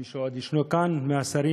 מישהו עוד ישנו כאן מהשרים,